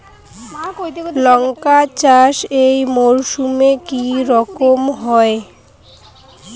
লঙ্কা চাষ এই মরসুমে কি রকম হয়?